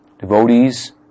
devotees